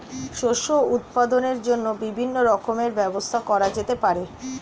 শস্য উৎপাদনের জন্য বিভিন্ন রকমের ব্যবস্থা করা যেতে পারে